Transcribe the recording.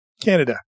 Canada